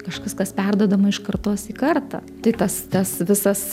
kažkas kas perduodama iš kartos į kartą tai tas tas visas